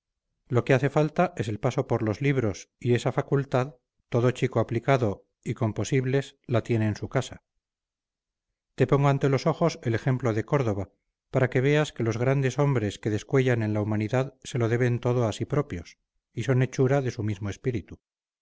lo que hace falta es el paso por los libros y esa facultad todo chico aplicado y con posibles la tiene en su casa te pongo ante los ojos el ejemplo de córdova para que veas que los grandes hombres que descuellan en la humanidad se lo deben todo a sí propios y son hechura de su mismo espíritu